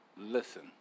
Listen